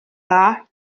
dda